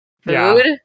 food